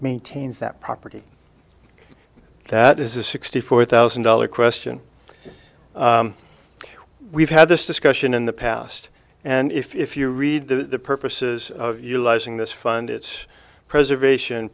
maintains that property that is the sixty four thousand dollar question we've had this discussion in the past and if you read the purposes of utilizing this fund it's preservation